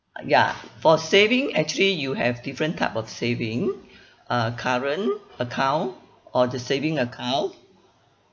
ya for saving actually you have different type of saving uh current account or the saving account